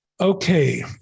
Okay